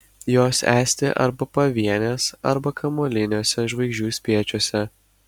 jos esti arba pavienės arba kamuoliniuose žvaigždžių spiečiuose